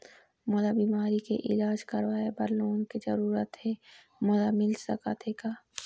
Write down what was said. मोला बीमारी के इलाज करवाए बर लोन के जरूरत हे मोला मिल सकत हे का?